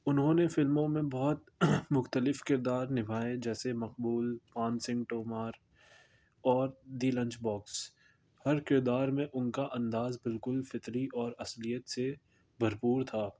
انہوں نے فلموں میں بہت مختلف کردار نبھائے جیسے مقبول پان سنگھ ٹمار اور دی لنچ باکس ہر کردار میں ان کا انداز بالکل فطری اور اصلیت سے بھرپور تھا